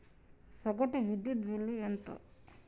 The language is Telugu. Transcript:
సగటు విద్యుత్ బిల్లు ఎంత?